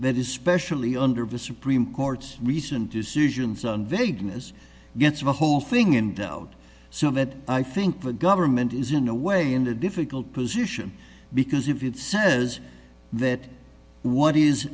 that is specially under the supreme court's recent decisions on vagueness gets a whole thing and out so that i think the government is in a way in a difficult position because if it says that what is